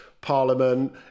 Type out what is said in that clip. parliament